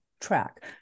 track